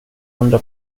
hundra